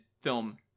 film